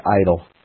idol